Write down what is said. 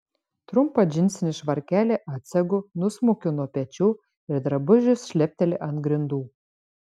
trumpą džinsinį švarkelį atsegu nusmaukiu nuo pečių ir drabužis šlepteli ant grindų